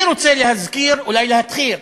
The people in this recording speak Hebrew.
אני רוצה להזכיר, אולי להתחיל,